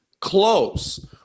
close